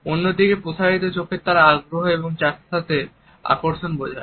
অন্যদিকে প্রসারিত চোখের তারা আগ্রহ এবং তার সাথে আকর্ষণ বোঝায়